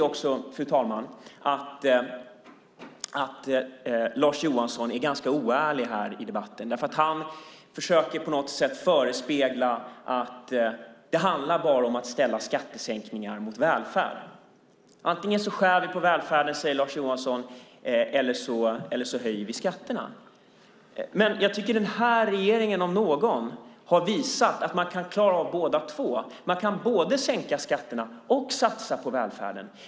Jag tycker att Lars Johansson är ganska oärlig i debatten. Han försöker på något sätt förespegla att det bara handlar om att ställa skattesänkningar mot välfärd. Lars Johansson säger att vi antingen skär i välfärden eller höjer skatterna. Men den här regeringen om någon har visat att man klara av båda sakerna. Man kan både sänka skatterna och satsa på välfärden.